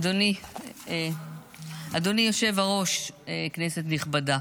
אדוני היושב-ראש, כנסת נכבדה,